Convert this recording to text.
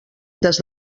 des